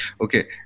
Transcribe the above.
Okay